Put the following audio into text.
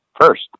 first